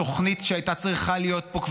התוכנית שהייתה צריכה להיות פה,